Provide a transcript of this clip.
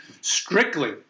strictly